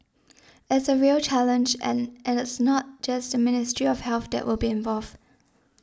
it's a real challenge and and it's not just the Ministry of Health that will be involved